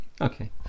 okay